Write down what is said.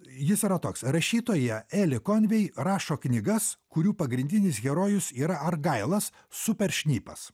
jis yra toks rašytoja eli konvei rašo knygas kurių pagrindinis herojus yra argailas super šnipas